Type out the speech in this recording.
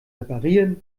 reparieren